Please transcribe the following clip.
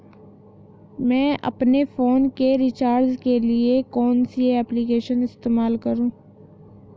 मैं अपने फोन के रिचार्ज के लिए कौन सी एप्लिकेशन इस्तेमाल करूँ?